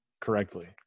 correctly